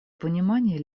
понимание